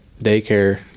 daycare